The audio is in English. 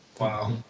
Wow